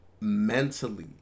mentally